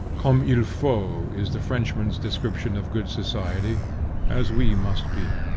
comme il faut, is the frenchman's description of good society as we must be.